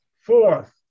Fourth